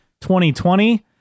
2020